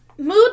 Mood